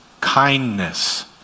kindness